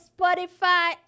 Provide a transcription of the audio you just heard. Spotify